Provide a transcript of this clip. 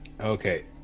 okay